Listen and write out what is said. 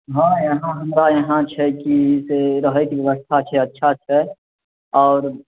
हँ यहाँ हमरा यहाँ छै कि से रहैके व्यवस्था छै अच्छा छै आओर